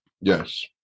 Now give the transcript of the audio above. Yes